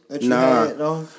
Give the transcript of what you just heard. Nah